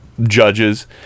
judges